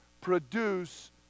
produce